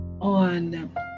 on